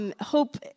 hope